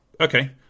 Okay